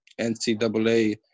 NCAA